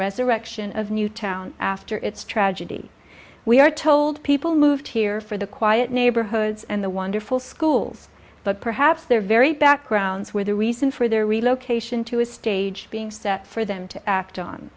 resurrection of newtown after its tragedy we are told people moved here for the quiet neighborhoods and the wonderful schools but perhaps their very backgrounds were the reason for their relocation to a stage being set for them to act on